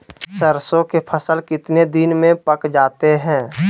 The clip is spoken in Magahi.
सरसों के फसल कितने दिन में पक जाते है?